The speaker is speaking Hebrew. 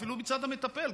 ואפילו מצד המטפל,